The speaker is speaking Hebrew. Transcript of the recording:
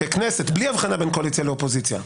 ככנסת, בלי הבחנה בין אופוזיציה לקואליציה.